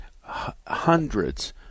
hundreds